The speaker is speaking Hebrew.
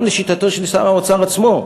גם לשיטתו של שר האוצר עצמו,